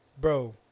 bro